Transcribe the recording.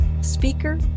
speaker